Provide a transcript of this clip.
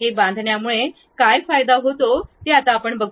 हे बांधण्यामुळे काय फायदा होतो ते आपण पाहू